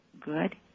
Good